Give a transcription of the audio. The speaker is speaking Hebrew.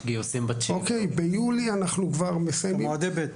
יש גיוסים ב-9 --- ביולי אנחנו כבר מסיימים מועדי ב'.